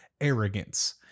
arrogance